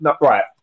Right